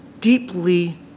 deeply